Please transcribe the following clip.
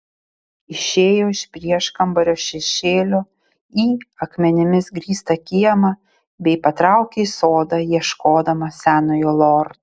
išėjo iš prieškambario šešėlio į akmenimis grįstą kiemą bei patraukė į sodą ieškodama senojo lordo